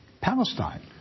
Palestine